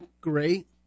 great